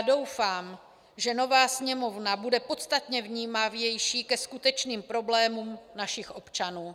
Doufám, že nová Sněmovna bude podstatně vnímavější ke skutečným problémům našich občanů.